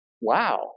wow